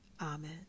Amen